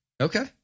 Okay